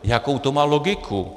Jakou to má logiku?